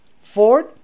Ford